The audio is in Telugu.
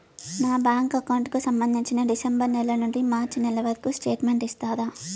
నా బ్యాంకు అకౌంట్ కు సంబంధించి డిసెంబరు నెల నుండి మార్చి నెలవరకు స్టేట్మెంట్ ఇస్తారా?